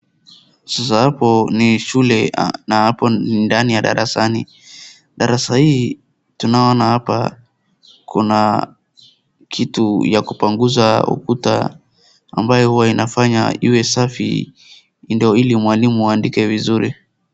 Sasa hapo ni shule na hapo ni ndani ya darasani, darasa hiii tunayoona hapa kuna kitu ya kupangusa ukuta ambayo inaifaya iwe safi ndio ili mwalimu aandike vizuri.